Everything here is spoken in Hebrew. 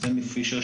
סטנלי פישר,